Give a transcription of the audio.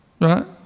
right